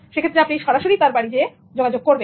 সেক্ষেত্রে আপনি সরাসরি তার বাড়ি যেয়ে যোগাযোগ করবেন